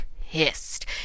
pissed